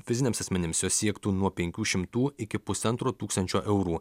fiziniams asmenims jos siektų nuo penkių šimtų iki pusantro tūkstančio eurų